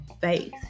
faith